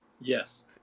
Yes